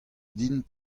din